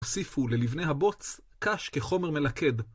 נוסיפו ללבני הבוץ קש כחומר מלכד.